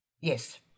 Yes